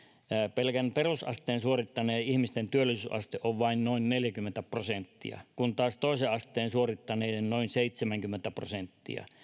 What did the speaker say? pelkän perusasteen suorittaneiden ihmisten työllisyysaste on vain noin neljäkymmentä prosenttia kun taas toisen asteen suorittaneiden noin seitsemänkymmentä prosenttia